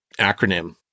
acronym